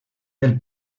del